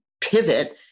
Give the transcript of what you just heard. pivot